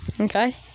Okay